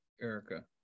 Erica